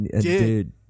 dude